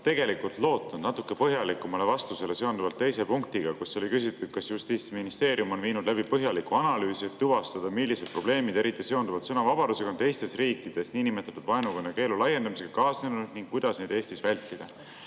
ma oleksin lootnud natuke põhjalikumat vastust teisele küsimusele, et kas Justiitsministeerium on viinud läbi põhjaliku analüüsi, et tuvastada, millised probleemid, eriti seonduvalt sõnavabadusega, on teistes riikides niinimetatud vaenukõne keelu laiendamisega kaasnenud ning kuidas neid Eestis vältida.